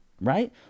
right